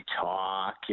Talk